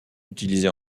utilisé